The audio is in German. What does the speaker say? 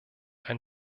ein